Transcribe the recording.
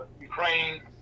Ukraine